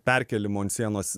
perkėlimo ant sienos